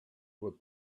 what